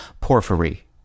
Porphyry